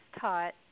taught